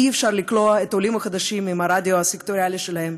אי-אפשר לכלוא את העולים החדשים עם הרדיו הסקטוריאלי שלהם,